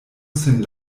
sin